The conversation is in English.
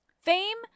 Fame